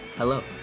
Hello